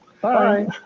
bye